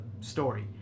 story